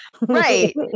right